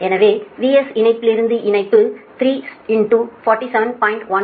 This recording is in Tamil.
எனவே VS இணைப்புலிருந்து இணைப்பு 3 47